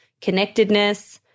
connectedness